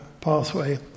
pathway